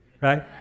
right